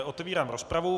Otevírám rozpravu.